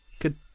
good